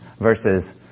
versus